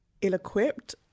ill-equipped